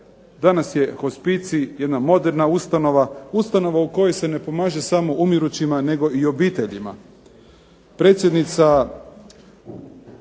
danas je hospicij jedna moderna ustanova, ustanova u kojoj se ne pomaže samo umirućim nego i obiteljima.